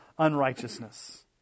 Unrighteousness